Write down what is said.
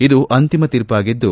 ಇದು ಅಂತಿಮ ತೀರ್ಪಾಗಿದ್ದು